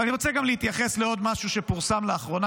אבל אני רוצה גם להתייחס לעוד משהו שפורסם לאחרונה,